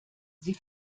sie